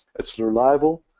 it's reliable.